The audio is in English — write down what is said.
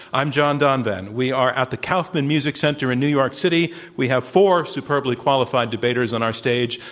i'm john donvan. we are at the kaufman music center in new york city. we have four superbly qualified debaters on our stage